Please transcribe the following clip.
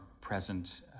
present